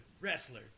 wrestler